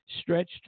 stretched